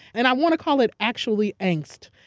and i want to call it actually, angst.